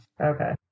Okay